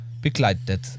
begleitet